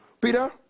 Peter